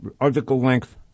article-length